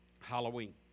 halloween